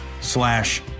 slash